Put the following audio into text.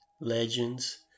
legends